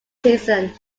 season